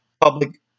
public